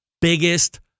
biggest